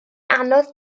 anodd